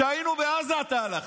כשהיינו בעזה, אתה הלכת.